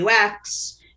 UX